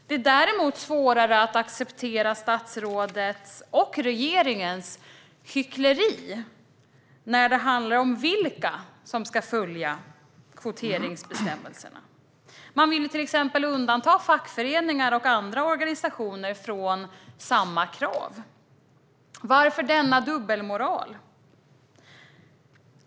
Det är däremot svårare att acceptera statsrådets och regeringens hyckleri när det handlar om vilka som ska följa kvoteringsbestämmelserna. Man vill till exempel undanta fackföreningar och andra organisationer från samma krav. Varför denna dubbelmoral?